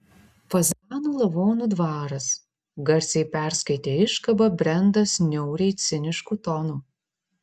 fazanų lavonų dvaras garsiai perskaitė iškabą brendas niauriai cinišku tonu